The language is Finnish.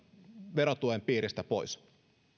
verotuen piiristä pois